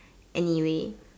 anyway